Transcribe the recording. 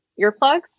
earplugs